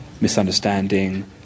misunderstanding